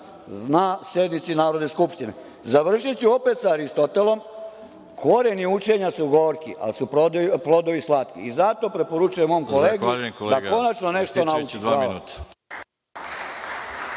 na sednici Narodne skupštine. Završiću opet sa Aristotelom: „Koreni učenja su gorki, ali su plodovi slatki“ i zato preporučujem mom kolegi da konačno nešto nauči. Hvala.